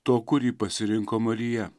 to kurį pasirinko marija